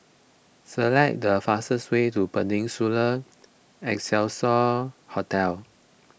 select the fastest way to Peninsula Excelsior Hotel